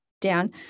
down